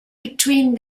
between